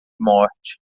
morte